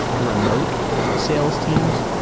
remote sales teams?